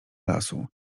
lasu